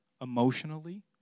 emotionally